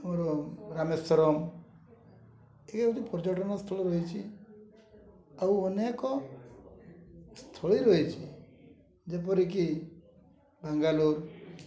ଆମର ରାମେଶ୍ୱରମ୍ ଏମିତି ପର୍ଯ୍ୟଟନସ୍ଥଳ ରହିଛି ଆଉ ଅନେକ ସ୍ଥଳୀ ରହିଛି ଯେପରିକି ବାଙ୍ଗାଲୋର